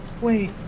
Wait